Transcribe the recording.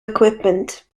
equipment